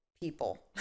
people